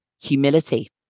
humility